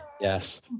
Yes